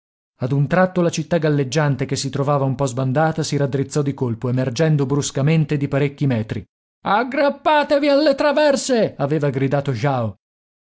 ad un tratto la città galleggiante che si trovava un po sbandata si raddrizzò di colpo emergendo bruscamente di parecchi metri aggrappatevi alle traverse aveva gridato jao